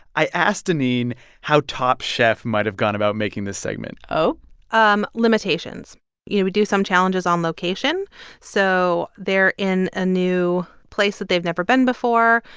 i asked doneen how top chef might have gone about making this segment oh um limitations you know, do some challenges on location so they're in a new place that they've never been before,